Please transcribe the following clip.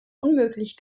unmöglich